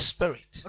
Spirit